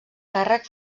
càrrec